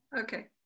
Okay